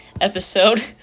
episode